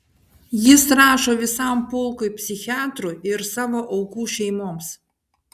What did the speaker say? jis rašo visam pulkui psichiatrų ir savo aukų šeimoms